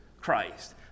Christ